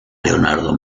leonardo